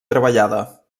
treballada